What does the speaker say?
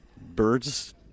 Birds